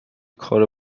کار